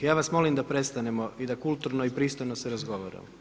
Ja vas molim da prestanemo i da kulturno i pristojno se razgovaramo.